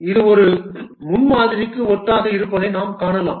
இது ஒரு முன்மாதிரிக்கு ஒத்ததாக இருப்பதை நாம் காணலாம்